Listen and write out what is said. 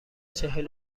چهل